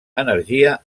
energia